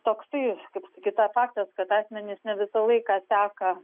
toksai kaip sakyt na faktas kad asmenys ne visą laiką seka